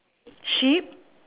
sheep